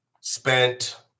spent